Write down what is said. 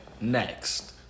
next